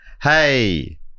Hey